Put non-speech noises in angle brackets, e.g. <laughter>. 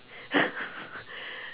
<laughs>